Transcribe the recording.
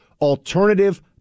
alternative